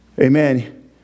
Amen